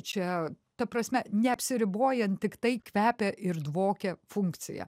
čia ta prasme neapsiribojant tiktai kvepia ir dvokia funkcija